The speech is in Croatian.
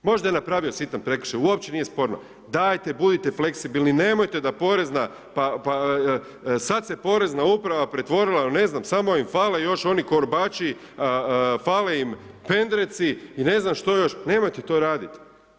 Možda je napravio sitan prekršaj, uopće nije sporno, dajte budite fleksibilni, nemojte da porezna, pa sad se porezna uprava pretvorila, ne znam samo im fale još oni korbači, fale im pendreci i ne znam što još, nemojte to radit.